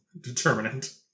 determinant